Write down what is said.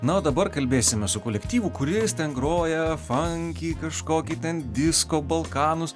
na o dabar kalbėsime su kolektyvu kuris ten groja fankį kažkokį ten disko balkanus